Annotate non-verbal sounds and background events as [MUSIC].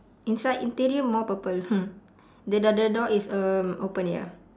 inside interior more purple [LAUGHS] the door the door is err open ya